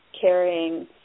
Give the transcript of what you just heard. carrying